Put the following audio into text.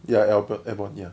ya air airbone ya